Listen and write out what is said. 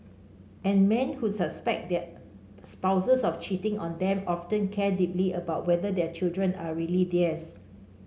and men who suspect their spouses of cheating on them often care deeply about whether their children are really theirs